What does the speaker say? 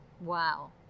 Wow